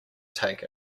take